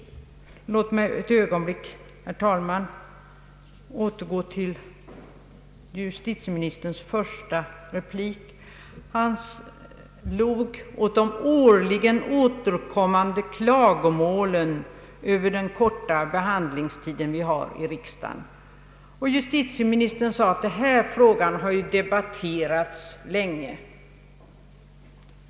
Låt mig ett ögonblick, herr talman, återgå till justitieministerns första replik. Han log åt de årligen återkommande klagomålen över den korta behandlingstid vi har i riksdagen. Justitieministern sade att den här frågan har debatterats länge.